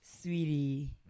sweetie